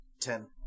Ten